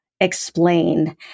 explain